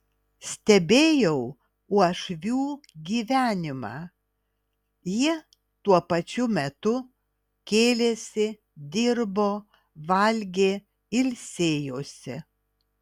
stebėjau uošvių gyvenimą jie tuo pačiu metu kėlėsi dirbo valgė ilsėjosi